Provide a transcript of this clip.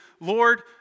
Lord